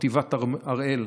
חטיבת הראל,